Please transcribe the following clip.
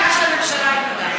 ממתי מילה של הממשלה היא מילה?